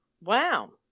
Wow